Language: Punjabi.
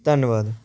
ਧੰਨਵਾਦ